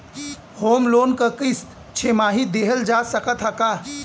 Home loan क किस्त छमाही देहल जा सकत ह का?